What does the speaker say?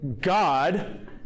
God